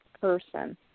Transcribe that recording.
person